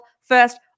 first